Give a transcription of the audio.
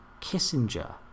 Kissinger